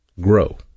Grow